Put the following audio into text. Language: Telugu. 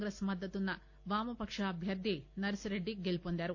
కాంగ్రెస్ మద్దతున్న వామపక్ష అభ్యర్థి నర్సిరెడ్డి గెలుపొందారు